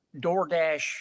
DoorDash